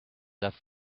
i’ve